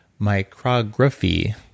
micrography